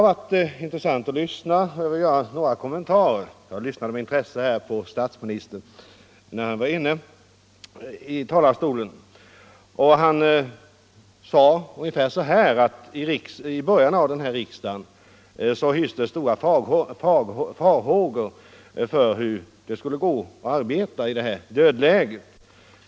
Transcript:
Jag lyssnade med särskilt stort intresse till statsministern, när han stod i talarstolen och sade ungefär så här: I början av den här riksdagen hystes stora farhågor för hur det skulle gå att arbeta i det dödläge som uppkommit.